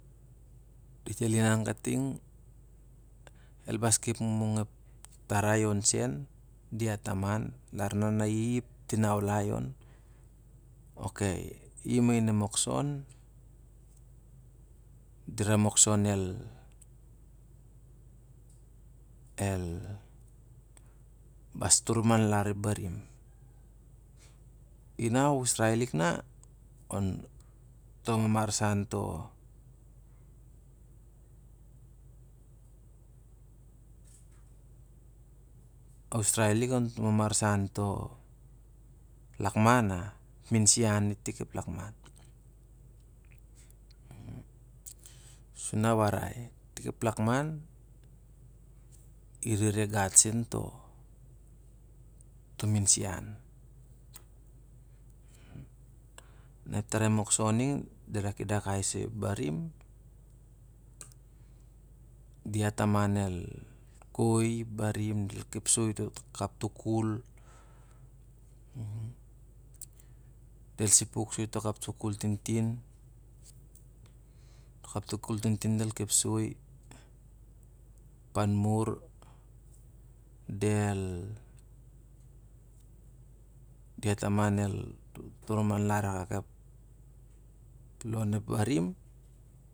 Dit el inan kating. El bas kep mungmung ep tarai on sen. Diat taman, lar na na i ep tin naulai on. Ok I mai- in e mokson, dira mokson el, el bas tol manglar ep barim. I na u- usrai lik na onto mamarsa to, a u- usrai tik onto mamarsan to lakman na minsian dit on i tik ep lakman. Sur na warai on i tik ep lakman irere gat sen to minsian. Na eptarai mokson ning dira dakai soi ep barim, diat taman el. koi- i ep barim, kep soi to kaptukul. Del sipuk soi to kaptukul tin tin to kaptukul tintin del kepsoi. Ap an mur del, diat taman el tol manglar akak ep lon ep barim.